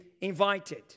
invited